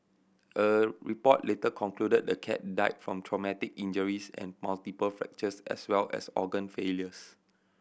a report later concluded the cat died from traumatic injuries and multiple fractures as well as organ failures